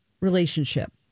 relationship